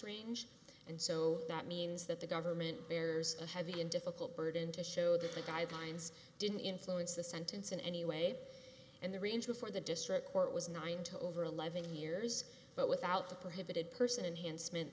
range and so that means that the government bears a heavy and difficult burden to show that the guidelines didn't influence the sentence in any way and the range before the district court was nine to over eleven years but without the prohibited person han